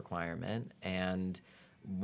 requirement and